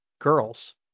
girls